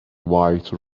white